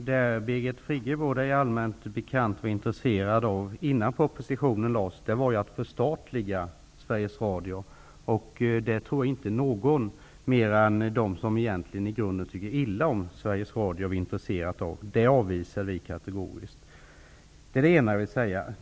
Herr talman! Det är allmänt bekant att Birgit Friggebo var, innan propositionen lades fram, intresserad av att förstatliga Sveriges Radio. Det tror jag inte någon annan än dem som egentligen i grunden tycker illa om Sveriges Radio är intresserad av. Det avvisade vi kategoriskt. Det är det ena jag ville säga.